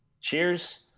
Cheers